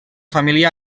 família